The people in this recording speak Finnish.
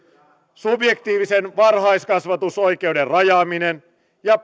subjektiivisen varhaiskasvatusoikeuden rajaaminen ja